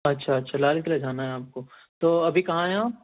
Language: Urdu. اچھا اچھا لال قلعہ جانا ہے آپ کو تو ابھی کہاں ہیں آپ